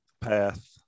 path